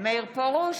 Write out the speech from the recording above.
מאיר פרוש,